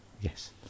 Yes